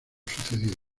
sucedido